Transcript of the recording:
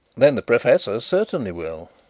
then the professor certainly will.